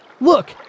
Look